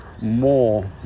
more